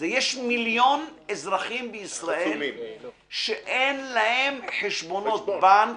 יש מיליון אזרחים בישראל שאין להם חשבונות בנק,